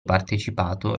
partecipato